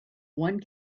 one